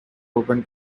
open